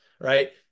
right